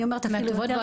אני אומרת אפילו יותר מזה.